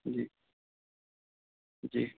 جی جی